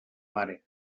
mare